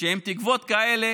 שעם תקוות כאלה